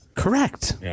Correct